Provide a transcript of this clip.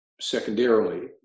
secondarily